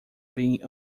being